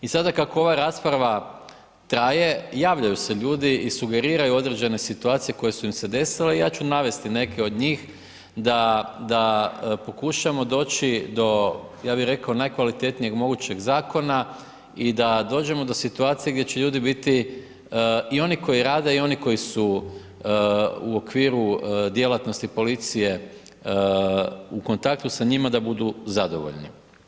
I sada kako ova rasprava traje, javljaju se ljudi i sugeriraju određene situacije koje su im se desile, ja ću navesti neke od njih da pokušamo doći do, ja bi rekao najkvalitetnijeg mogućeg zakona i da dođemo do situacije gdje će ljudi biti, i oni koji rade i oni koji su u okviru djelatnosti policije u kontaktu sa njima da budu zadovoljni.